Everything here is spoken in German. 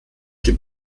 dem